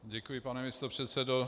Děkuji, pane místopředsedo.